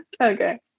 okay